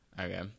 Okay